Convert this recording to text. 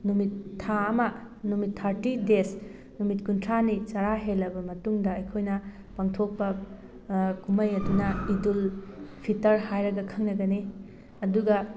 ꯅꯨꯃꯤꯠ ꯊꯥ ꯑꯃ ꯅꯨꯃꯤꯠ ꯊꯥꯔꯇꯤ ꯗꯦꯖ ꯅꯨꯃꯤꯠ ꯀꯨꯟꯊ꯭ꯔꯥꯅꯤ ꯆꯔꯥ ꯍꯦꯜꯂꯕ ꯃꯇꯨꯡꯗ ꯑꯩꯈꯣꯏꯅ ꯄꯥꯡꯊꯣꯛꯄ ꯀꯨꯝꯍꯩ ꯑꯗꯨꯅ ꯏꯠꯗꯨꯜ ꯐꯤꯇꯔ ꯍꯥꯏꯔꯒ ꯈꯪꯅꯒꯅꯤ ꯑꯗꯨꯒ